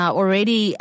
already